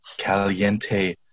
caliente